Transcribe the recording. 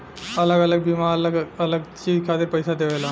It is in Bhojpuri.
अलग अलग बीमा अलग अलग चीज खातिर पईसा देवेला